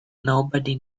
nobody